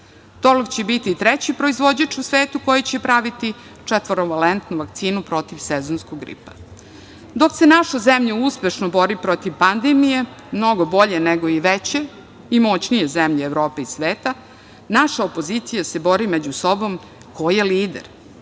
„Torlak“ će biti treći proizvođač u svetu koji će praviti četvorovalentnu vakcinu protiv sezonskog gripa. Dok se naša zemlja uspešno bori protiv pandemije, mnogo bolje nego i veće i moćnije zemlje Evrope i sveta, naša opozicija se bori među sobom ko je lider